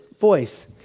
voice